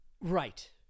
Right